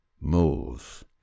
Moles